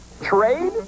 trade